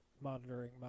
monitoring